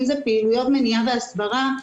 אם זה פעילויות מניעה והסברה.